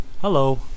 hello